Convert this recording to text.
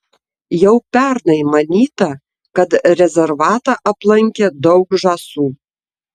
jau pernai manyta kad rezervatą aplankė daug žąsų